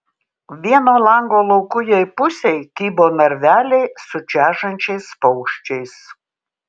vieno lango laukujėj pusėj kybo narveliai su čežančiais paukščiais